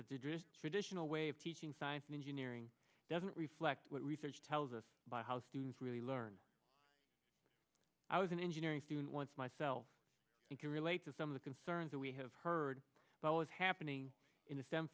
that the drift traditional way of teaching science and engineering doesn't reflect what research tells us by how students really learn i was an engineering student once myself and can relate to some of the concerns that we have heard about what's happening in the s